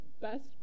Best